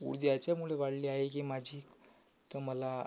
ऊर्जा याच्यामुळे वाढली आहे की माझी तर मला